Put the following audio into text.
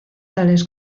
tales